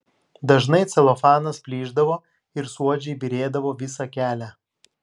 dažnai celofanas plyšdavo ir suodžiai byrėdavo visą kelią